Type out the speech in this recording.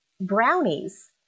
brownies